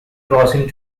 crossing